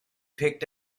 picked